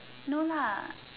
no lah